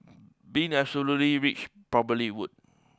being absolutely rich probably would